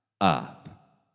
up